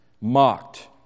mocked